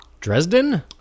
Dresden